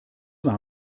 war